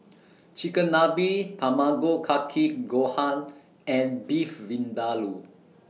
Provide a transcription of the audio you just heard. Chigenabe Tamago Kake Gohan and Beef Vindaloo